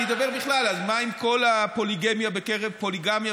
אני אדבר בכלל: אז מה עם כל הפוליגמיה בקרב הבדואים,